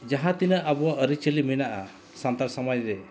ᱡᱟᱦᱟᱸ ᱛᱤᱱᱟᱹᱜ ᱟᱵᱚᱣᱟᱜ ᱟᱹᱨᱤᱪᱟᱹᱞᱤ ᱢᱮᱱᱟᱜᱼᱟ ᱥᱟᱱᱛᱟᱲ ᱥᱚᱢᱟᱡᱽ ᱨᱮ